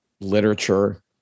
literature